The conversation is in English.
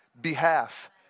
behalf